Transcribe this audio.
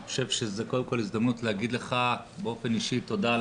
אני חושב שזו קודם כל הזדמנות להגיד לך באופן אישי תודה על